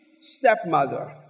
stepmother